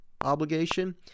obligation